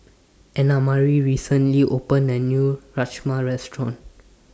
Annamarie recently opened A New Rajma Restaurant